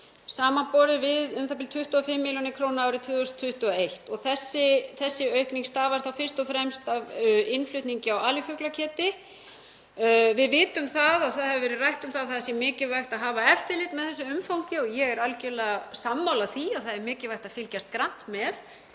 samanborið við u.þ.b. 25 millj. kr. árið 2021. Þessi aukning stafar fyrst og fremst af innflutningi á alifuglakjöti. Við vitum að rætt hefur verið um að það sé mikilvægt að hafa eftirlit með þessu umfangi og ég er algerlega sammála því að það er mikilvægt að fylgjast grannt með